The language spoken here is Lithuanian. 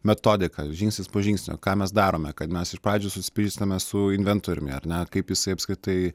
metodika žingsnis po žingsnio ką mes darome kad mes pradžioj susipažįstame su inventoriumi ar ne kaip jisai apskritai